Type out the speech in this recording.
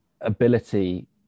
ability